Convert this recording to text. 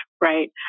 right